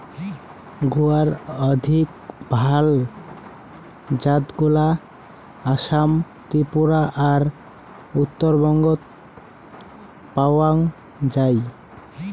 গুয়ার অধিক ভাল জাতগুলা আসাম, ত্রিপুরা আর উত্তরবঙ্গত পাওয়াং যাই